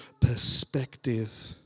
perspective